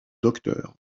docteur